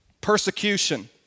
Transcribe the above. persecution